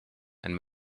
and